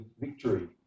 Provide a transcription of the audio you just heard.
victory